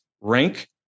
rank